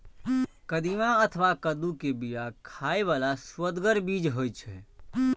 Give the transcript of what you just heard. कदीमा अथवा कद्दू के बिया खाइ बला सुअदगर बीज होइ छै